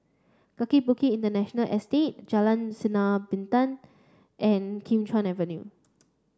Kaki Bukit Industrial Estate Jalan Sinar Bintang and Kim Chuan Avenue